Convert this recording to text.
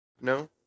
no